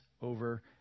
over